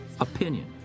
Opinion